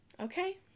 okay